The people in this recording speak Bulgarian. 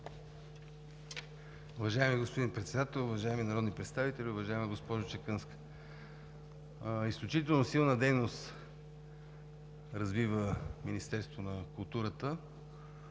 Уважаеми господин Председател, уважаеми народни представители! Уважаема госпожо Чеканска, изключително силна дейност развива Министерството на културата